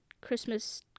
Christmas